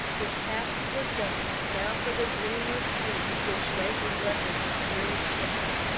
his task was done now for the dreamless sleep with which labor blesses its wearied children!